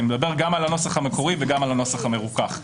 אני מדבר גם על הנוסח המקורי וגם על הנוסח המרוכך.